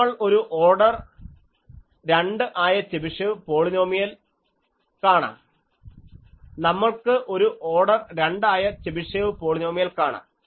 നമ്മൾക്ക് ഒരു ഓർഡർ 2 ആയ ചെബിഷേവ് പോളിനോമിയൽ കാണാം